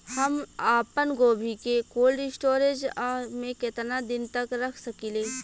हम आपनगोभि के कोल्ड स्टोरेजऽ में केतना दिन तक रख सकिले?